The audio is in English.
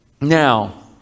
now